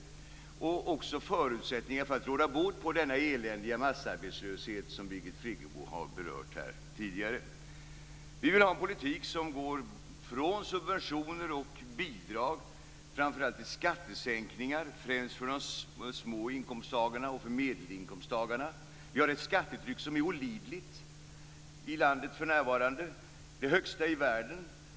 Vi vill också skapa förutsättningar för att råda bot på den eländiga massarbetslöshet som Birgit Friggebo berörde tidigare. Vi vill ha en politik som går från subventioner och bidrag till framför allt skattesänkningar, främst för låg och medelinkomsttagarna. Vi har för närvarande ett skattetryck i landet som är olidligt. Det är det högsta i världen.